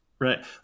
right